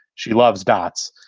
she loves dots.